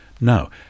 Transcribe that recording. now